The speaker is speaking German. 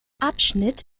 abschnitt